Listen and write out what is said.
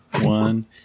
one